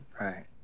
Right